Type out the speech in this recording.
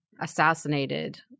assassinated